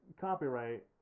copyright